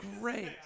great